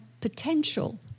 potential